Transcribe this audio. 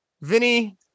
Vinny